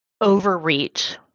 overreach